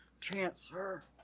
transfer